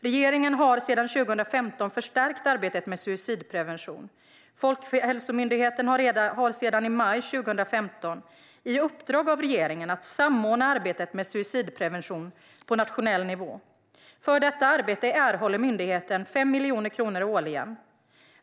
Regeringen har sedan 2015 förstärkt arbetet med suicidprevention. Folkhälsomyndigheten har sedan maj 2015 i uppdrag av regeringen att samordna arbetet med suicidprevention på nationell nivå. För detta arbete erhåller myndigheten 5 miljoner kronor årligen.